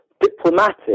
diplomatic